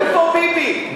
איפה ביבי?